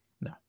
No